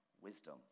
wisdom